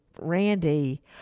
randy